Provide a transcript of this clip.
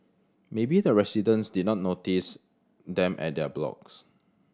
maybe the residents did not notice them at their blocks